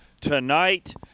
tonight